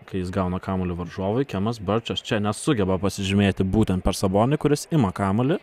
kai jis gauna kamuolį varžovui kemas berčas čia nesugeba pasižymėti būtent per sabonį kuris ima kamuolį